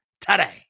today